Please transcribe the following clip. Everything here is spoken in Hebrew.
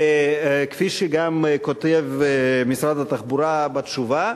וכפי שגם כותב משרד התחבורה בתשובה,